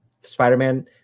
Spider-Man